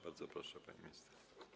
Bardzo proszę, pani minister.